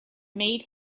made